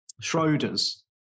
Schroeder's